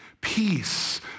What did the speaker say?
peace